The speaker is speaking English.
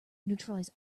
neutralize